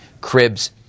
Cribs